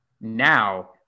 Now